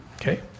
Okay